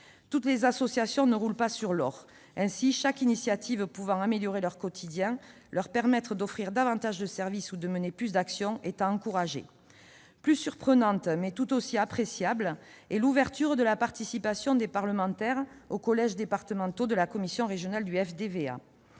Toutes les associations ne roulent pas sur l'or ; chaque initiative susceptible d'améliorer leur quotidien et de leur permettre d'offrir davantage de services ou de mener plus d'actions doit ainsi être encouragée. Plus surprenante, mais tout aussi appréciable, est l'ouverture aux parlementaires de la participation aux collèges départementaux de la commission régionale du FDVA.